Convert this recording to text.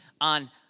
on